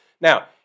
Now